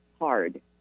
hard